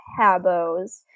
Habos